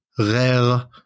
rare